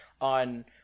on